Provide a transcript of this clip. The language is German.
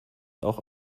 auch